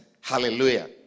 Hallelujah